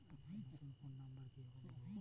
আমার নতুন phone number কিভাবে দিবো?